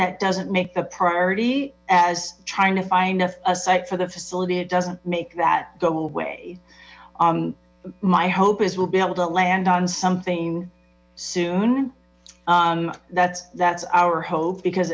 that doesn't make the priority as trying to find a site for the facility it doesn't make that go away my hope is we'll be able to land on something soon that's that's our hope because